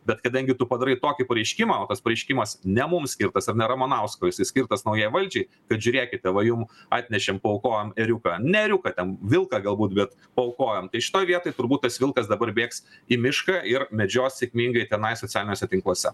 bet kadangi tu padarai tokį pareiškimą o tas pareiškimas ne mum skirtas ir ne ramanauskui jisai skirtas naujai valdžiai kad žiūrėkite va jum atnešėm paaukojom ėriuką ne ėriuką ten vilką galbūt bet paaukojom tai šitoj vietoj turbūt tas vilkas dabar bėgs į mišką ir medžios sėkmingai tenai socialiniuose tinkluose